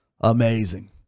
Amazing